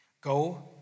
go